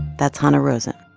that's hanna rosin.